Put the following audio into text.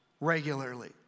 regularly